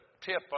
tip